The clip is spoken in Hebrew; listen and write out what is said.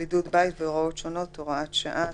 (בידוד בית והוראות שונות) (הוראת שעה),